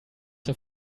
zur